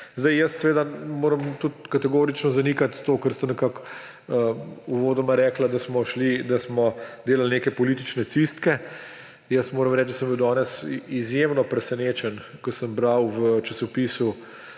Jaz seveda moram tudi kategorično zanikati to, kar ste uvodoma rekli, da smo delali neke politične čistke. Jaz moram reči, da sem bil danes izjemno presenečen, ko sem bral v časopisu